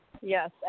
Yes